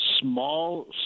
small